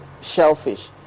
shellfish